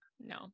no